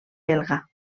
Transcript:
belga